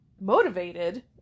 motivated